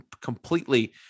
completely